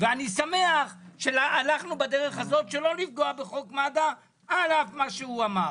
ואני שמח שהלכנו בדרך הזאת שלא לגעת בחוק מד"א על אף מה שהוא אמר.